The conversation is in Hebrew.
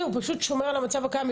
הוא פשוט שומר על המצב הקיים,